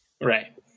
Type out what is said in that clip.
Right